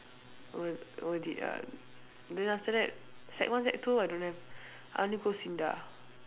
what what did I then after that sec one sec two I don't have I only go SINDA